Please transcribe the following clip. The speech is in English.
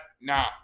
now